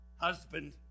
husband